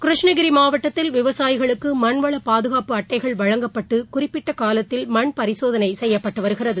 கிருஷ்ணகிரிமாவட்டத்தில் விவசாயிகளுக்குமண் வளபாதுகாப்பு அட்டைகள் வழங்கப்பட்டுகுறிப்பிட்டகாலத்தில் மண் பரிசோதனைசெய்யப்பட்டுவருகிறது